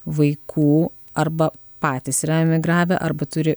vaikų arba patys yra emigravę arba turi